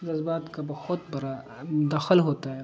جذبات کا بہت بڑا داخل ہوتا ہے